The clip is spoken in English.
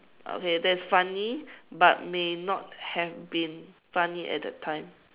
okay that's funny but may not have been funny at that time